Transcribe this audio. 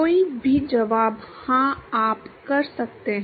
कोई भी जवाब हां आप कर सकते हैं